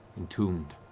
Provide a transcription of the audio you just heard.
entombed,